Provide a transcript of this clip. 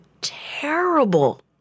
terrible